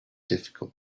difficult